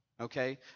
Okay